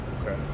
Okay